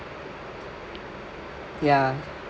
ya